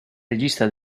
regista